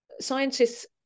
Scientists